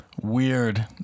Weird